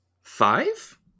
five